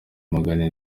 magana